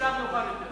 בשלב מאוחר יותר.